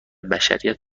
بشریت